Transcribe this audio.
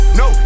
no